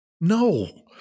No